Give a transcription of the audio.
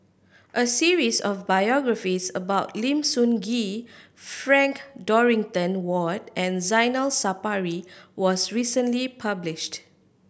a series of biographies about Lim Sun Gee Frank Dorrington Ward and Zainal Sapari was recently published